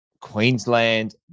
Queensland